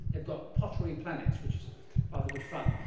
they've got pottery planets, which is rather good fun.